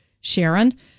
Sharon